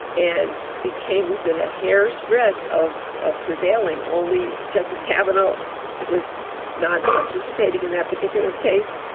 and it came within a hair's breadth of ah prevailing. only justice cavalo was not participating in that particular case.